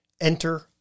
Enter